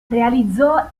realizzò